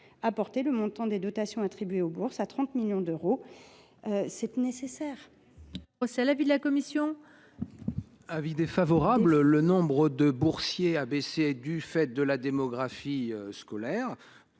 à porter le montant des dotations attribuées aux bourses à 30 millions d’euros. C’est vraiment nécessaire ! Quel est l’avis de la commission ? Le nombre de boursiers a baissé du fait de la démographie scolaire